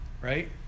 right